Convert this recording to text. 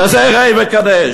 כזה ראה וקדש.